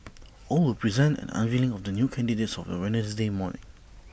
all were present at the unveiling of the new candidates of the Wednesday morning